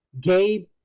Gabe